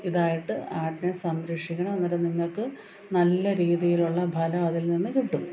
ഇതായിട്ട് ആടിനെ സംരക്ഷിക്കണം അന്നേരം നിങ്ങൾക്ക് നല്ല രീതിയിലുള്ള ഫലം അതിൽനിന്ന് കിട്ടും